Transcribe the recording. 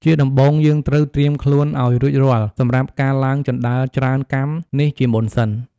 ជាដំបូងយើងត្រូវត្រៀមខ្លួនអោយរួចរាល់សម្រាប់ការឡើងជណ្តើរច្រើនកាំនេះជាមុនសិន ។